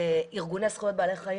וארגוני זכויות בעלי חיים,